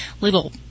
little